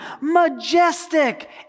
majestic